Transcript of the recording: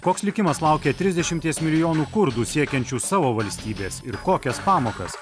koks likimas laukia trisdešimties milijonų kurdų siekiančių savo valstybės ir kokias pamokas